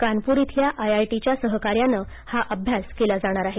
कानपूर इथल्या आयआयटीच्या सहकार्यानं हा अभ्यास केला जाणार आहे